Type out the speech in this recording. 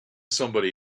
somebody